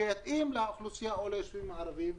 שיתאים לאוכלוסייה או ליישובים הערביים.